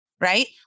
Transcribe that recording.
right